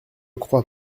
crois